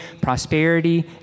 prosperity